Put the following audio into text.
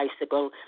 bicycle